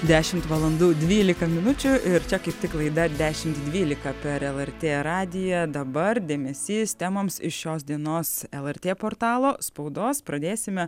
dešimt valandų dvylika minučių ir čia kaip tik laida dešimt dvylika per lrt radiją dabar dėmesys temoms iš šios dienos lrt portalo spaudos pradėsime